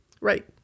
Right